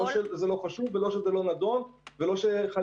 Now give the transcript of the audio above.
לא שזה לא חשוב ולא שזה לא נדון ולא שחלילה